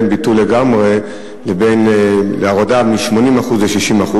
בין ביטול לגמרי לבין הורדה מ-80% ל-60%.